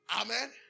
Amen